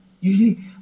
usually